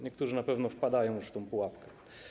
Niektórzy na pewno wpadają już w tę pułapkę.